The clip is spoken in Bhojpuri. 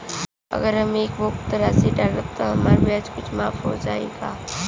अगर हम एक मुस्त राशी डालब त हमार ब्याज कुछ माफ हो जायी का?